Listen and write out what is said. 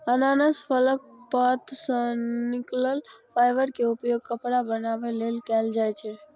अनानास फलक पात सं निकलल फाइबर के उपयोग कपड़ा बनाबै लेल कैल जाइ छै